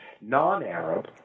non-Arab